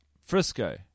Frisco